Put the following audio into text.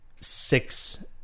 six